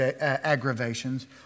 aggravations